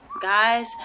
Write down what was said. Guys